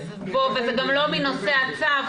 וזה גם לא נוגע לצו,